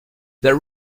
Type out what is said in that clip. that